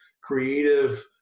creative